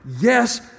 Yes